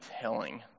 telling